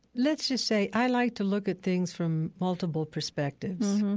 let's just say i like to look at things from multiple perspectives.